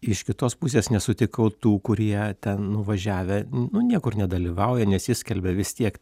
iš kitos pusės nesutikau tų kurie ten nuvažiavę nu niekur nedalyvauja nesiskelbia vis tiek